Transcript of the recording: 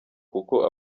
kuko